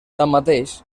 tanmateix